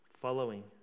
following